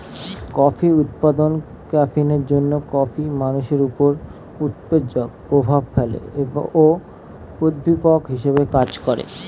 কফির উপাদান ক্যাফিনের জন্যে কফি মানুষের উপর উত্তেজক প্রভাব ফেলে ও উদ্দীপক হিসেবে কাজ করে